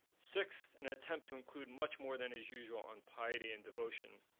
sixth, an attempt to include much more than is usual on piety and devotion,